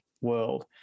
world